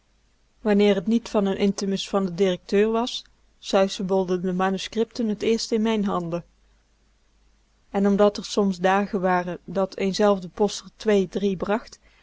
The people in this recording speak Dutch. wanneer t niet van n intimus van den directeur was kromd suizebolden de manuscripten t eerst in mijn handen en omdat r soms dagen waren dat eenzelfde post r twee drie bracht